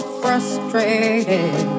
frustrated